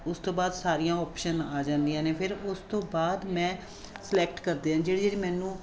ਉਸ ਤੋਂ ਬਾਅਦ ਸਾਰੀਆਂ ਓਪਸ਼ਨ ਆ ਜਾਂਦੀਆਂ ਨੇ ਫਿਰ ਉਸ ਤੋਂ ਬਾਅਦ ਮੈਂ ਸਲੈਕਟ ਕਰਦੇ ਹਾਂ ਜਿਹੜੀ ਜਿਹੜੀ ਮੈਨੂੰ